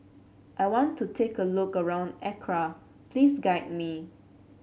I want to have a look around Accra please guide me